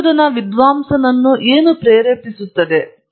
ಸಂಶೋಧನಾ ವಿದ್ವಾಂಸನನ್ನು ಏನು ಪ್ರೇರೇಪಿಸುತ್ತದೆ